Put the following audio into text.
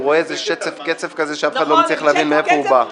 הוא רואה איזה שצף קצף כזה שאף אחד לא מצליח להבין מאיפה הוא בא.